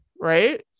right